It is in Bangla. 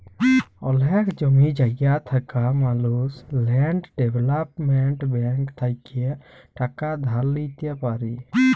অলেক জমি জায়গা থাকা মালুস ল্যাল্ড ডেভেলপ্মেল্ট ব্যাংক থ্যাইকে টাকা ধার লিইতে পারি